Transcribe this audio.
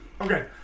Okay